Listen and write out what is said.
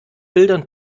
bildern